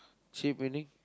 cheap meaning